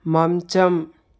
మంచం